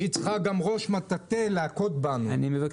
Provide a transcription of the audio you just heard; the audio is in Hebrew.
אני מודה